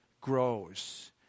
grows